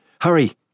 Hurry